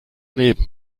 leben